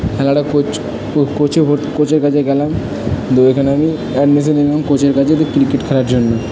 খেলাটা কোচ কোচে কোচের কাছে গেলাম দিয়ে ওখানে আমি অ্যাডমিশন নিলাম কোচের কাছে তো ক্রিকেট খেলার জন্য